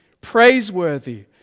praiseworthy